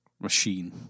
machine